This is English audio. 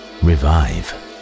Revive